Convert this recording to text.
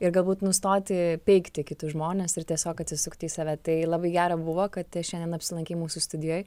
ir galbūt nustoti peikti kitus žmones ir tiesiog atsisukti į save tai labai gera buvo kad šiandien apsilankei mūsų studijoj